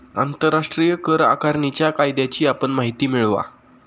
आंतरराष्ट्रीय कर आकारणीच्या कायद्याची आपण माहिती मिळवा